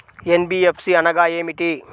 NBFC అనగా ఏమిటీ?